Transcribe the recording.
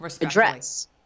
address